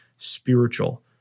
Spiritual